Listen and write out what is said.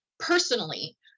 personally